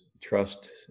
trust